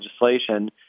legislation